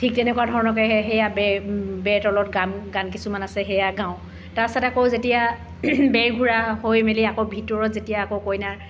ঠিক তেনেকুৱা ধৰণৰকৈ সেয়া বে বেই তলত গান গান কিছুমান আছে সেয়া গাওঁ তাৰপাছত আকৌ যেতিয়া বেই ঘূৰা হৈ মেলি আকৌ ভিতৰত যেতিয়া আকৌ কইনা